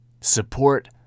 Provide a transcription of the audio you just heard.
support